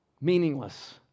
Meaningless